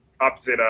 opposite